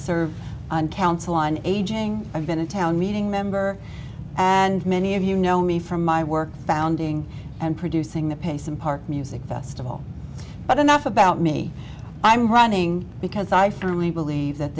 served on council on aging i've been a town meeting member and many of you know me from my work founding and producing the pace and park music festival but enough about me i'm running because i firmly believe that